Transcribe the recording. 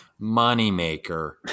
Moneymaker